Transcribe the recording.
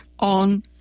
on